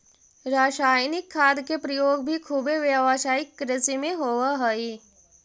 रसायनिक खाद के प्रयोग भी खुबे व्यावसायिक कृषि में होवऽ हई